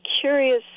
curious